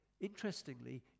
Interestingly